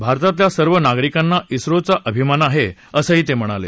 भारतातल्या सर्व नागरिकांना इसरो चा अभिमान आहेअसंही ते म्हणाले